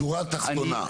שורה תחתונה בבקשה.